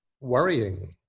worrying